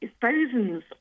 thousands